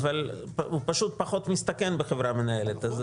-- הוא פשוט פחות מסתכן בחברה מנהלת,